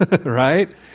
right